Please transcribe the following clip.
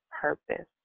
purpose